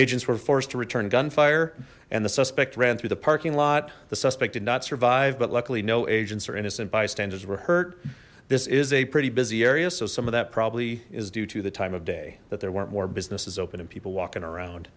agents were forced to return gunfire and the suspect ran through the parking lot the suspect did not survive but luckily no agents or innocent bystanders were hurt this is a pretty busy area so some of that probably is due to the time of day that there weren't more businesses open and people walking around